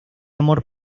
amor